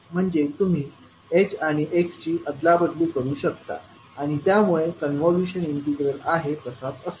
म्हणजे तुम्ही h आणि x ची अदलाबदली करू शकता आणि त्यामुळे कॉन्व्होल्यूशन इंटिग्रल आहे तसाच असेल